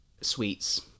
sweets